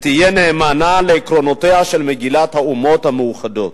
ותהיה נאמנה לעקרונותיה של מגילת האומות המאוחדות".